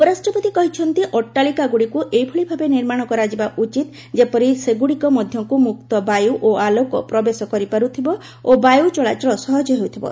ଉପରାଷ୍ଟ୍ରପତି କହିଛନ୍ତି ଅଟ୍ଟାଳିକାଗୁଡ଼ିକୁ ଏଭଳି ଭାବେ ନିର୍ମାଣ କରାଯିବା ଉଚିତ ଯେପରି ସେଗୁଡ଼ିକ ମଧ୍ୟକୁ ମୁକ୍ତ ବାୟୁ ଓ ଆଲୋକ ପ୍ରବେଶ କରିପାରୁଥିବ ଓ ବାୟୁ ଚଳାଚଳ ସହଜ ହେଉଥିବ